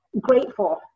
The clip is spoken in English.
grateful